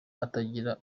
atagira